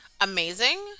amazing